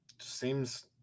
Seems